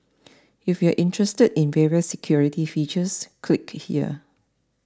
if you're interested in the various security features click here